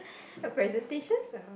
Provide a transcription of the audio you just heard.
her presentations are